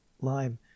lime